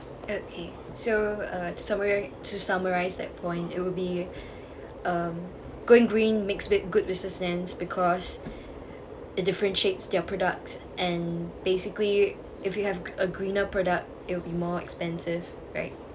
okay so to summarise to summarise that point it will be um going green makes good business sense because it differentiates their products and basically if you have a greener product it will be more expensive right